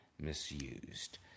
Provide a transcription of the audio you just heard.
misused